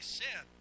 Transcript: sin